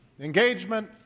engagement